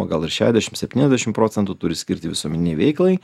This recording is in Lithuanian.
o gal ir šešdešimt septyniasdešimt procentų turi skirti visuomeninei veiklai